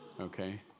okay